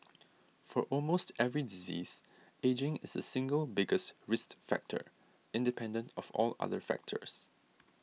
for almost every disease ageing is the single biggest risk factor independent of all other factors